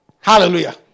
Hallelujah